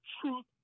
truth